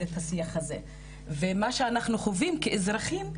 את השיח הזה ומה שאנחנו חווים כאזרחים,